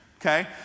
okay